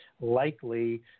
likely